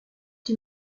die